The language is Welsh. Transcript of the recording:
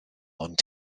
ond